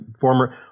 former